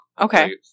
Okay